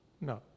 No